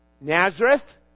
Nazareth